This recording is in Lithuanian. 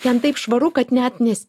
ten taip švaru kad net nes